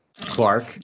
clark